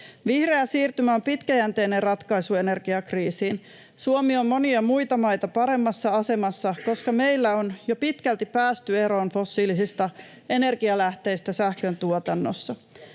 Vihreä siirtymä on pitkäjänteinen ratkaisu energiakriisiin. Suomi on monia muita maita paremmassa asemassa, koska meillä on jo pitkälti päästy eroon fossiilisista energialähteistä sähköntuotannossa.